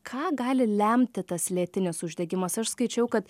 ką gali lemti tas lėtinis uždegimas aš skaičiau kad